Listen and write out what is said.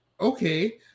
Okay